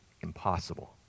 impossible